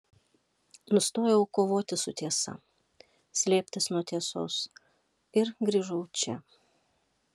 nustojau kovoti su tiesa slėptis nuo tiesos ir grįžau čia